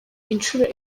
inshuro